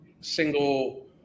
single